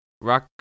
Rock